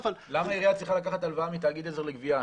אבל --- למה עירייה צריכה לקחת הלוואה מתאגיד עזר לגבייה?